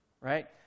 right